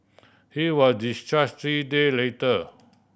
he were discharge three day later